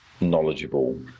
knowledgeable